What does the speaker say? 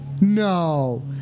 No